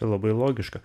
labai logiška